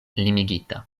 limigita